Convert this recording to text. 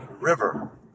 River